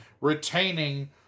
retaining